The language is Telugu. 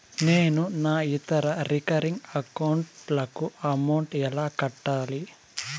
నేను నా ఇతర రికరింగ్ అకౌంట్ లకు అమౌంట్ ఎలా కట్టాలి?